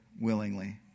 willingly